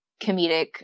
comedic